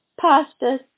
pasta